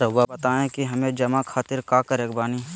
रहुआ बताइं कि हमें जमा खातिर का करे के बानी?